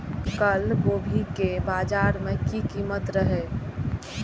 कल गोभी के बाजार में की कीमत रहे?